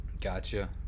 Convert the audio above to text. Gotcha